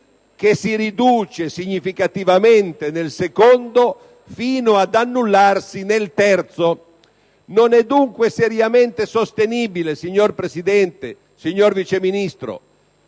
che si riduce però significativamente nel secondo, fino ad annullarsi nel terzo. Non è dunque seriamente sostenibile, signor Presidente, signor Vice Ministro,